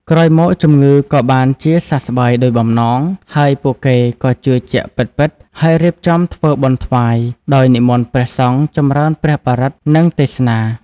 ក្រោយមកជំងឺក៏បានជាសះស្បើយដូចបំណង ហើយពួកគេក៏ជឿជាក់ពិតៗ ហើយរៀបចំធ្វើបុណ្យថ្វាយ ដោយនិមន្តព្រះសង្ឃចម្រើនព្រះបរិត្ត និងទេសនា។